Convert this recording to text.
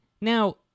Now-